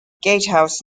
gatehouse